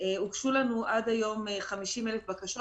הוגשו לנו עד היום 50,000 בקשות.